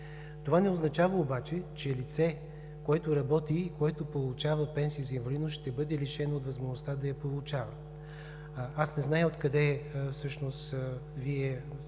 Това не означава обаче, че лице, което работи и което получава пенсия за инвалидност, ще бъде лишено от възможността да я получава. Аз не зная откъде всъщност Вие